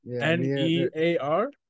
N-E-A-R